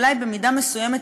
אולי במידה מסוימת,